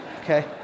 okay